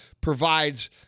provides